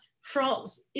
France